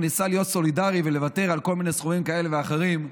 הוא ניסה להיות סולידרי ולוותר על כל מיני סכומים כאלה ואחרים.